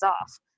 off